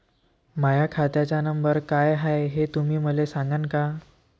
माह्या खात्याचा नंबर काय हाय हे तुम्ही मले सागांन का?